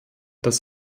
das